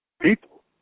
people